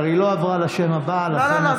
לא, לא.